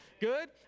Good